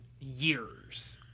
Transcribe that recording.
years